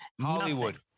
Hollywood